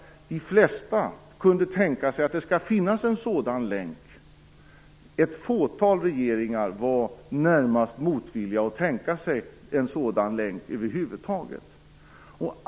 De flesta kunde tänka sig en sådan länk. Ett fåtal regeringar var motvilliga till att över huvud taget tänka sig en länk.